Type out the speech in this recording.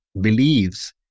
believes